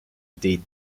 des